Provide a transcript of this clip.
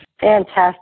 Fantastic